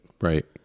Right